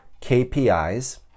KPIs